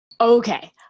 Okay